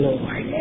Lord